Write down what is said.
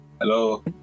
Hello